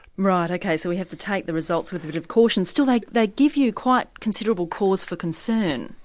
right, ok, so we have to take the results with a bit of caution. still like they give you quite considerable cause for concern.